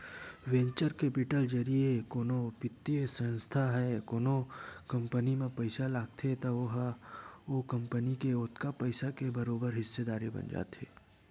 venture capital जरिए कोनो बित्तीय संस्था ह कोनो कंपनी म पइसा लगाथे त ओहा ओ कंपनी के ओतका पइसा के बरोबर हिस्सादारी बन जाथे